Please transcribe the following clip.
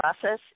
process